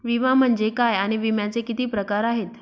विमा म्हणजे काय आणि विम्याचे किती प्रकार आहेत?